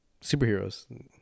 superheroes